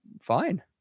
Fine